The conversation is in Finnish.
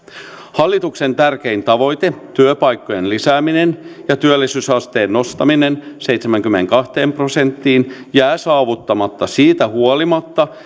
hallituksen tärkein tavoite työpaikkojen lisääminen ja työllisyysasteen nostaminen seitsemäänkymmeneenkahteen prosenttiin jää saavuttamatta siitä huolimatta